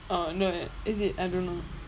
uh no is it I don't know